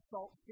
Salt